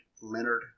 Leonard